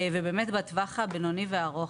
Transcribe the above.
ובאמת בטווח הבינוני והארוך,